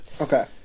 Okay